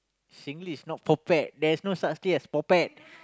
Singlish not potpet there's no such thing as potpet